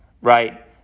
right